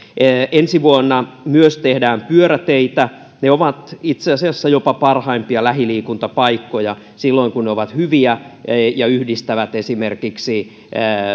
ensi vuonna tehdään myös pyöräteitä ne ovat itse asiassa jopa parhaimpia lähiliikuntapaikkoja silloin kun ne ovat hyviä ja yhdistävät esimerkiksi